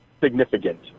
significant